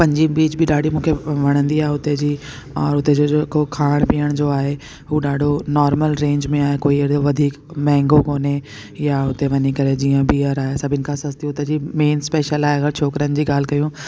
Panaji beach बि मूंखे ॾाढी वणंदी आहे हुते जी ऐं हुते जेको खाइण पीअण आहे हूअ ॾाढो नॉर्मल रेंज में आहे कोई अहिड़ो वधीक महांगो कोन्हे या उते वञी करे जीअं बीअर आहे त सभिनि खां सस्ती उतां जी मेन स्पेशल आहे अगरि छोकिरन जी ॻाल्हि कयूं